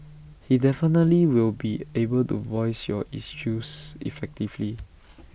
he definitely will be able to voice your issues effectively